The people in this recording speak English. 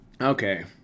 okay